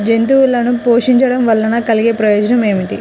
జంతువులను పోషించడం వల్ల కలిగే ప్రయోజనం ఏమిటీ?